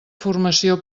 formació